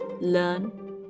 learn